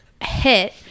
hit